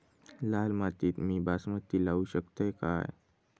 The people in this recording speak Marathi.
लाल मातीत मी बासमती लावू शकतय काय?